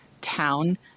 town